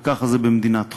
וככה זה במדינת חוק.